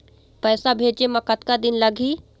पैसा भेजे मे कतका दिन लगही?